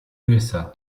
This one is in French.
usa